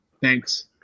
Thanks